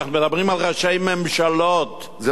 אנחנו מדברים על ראשי ממשלות, לא על אישים.